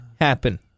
happen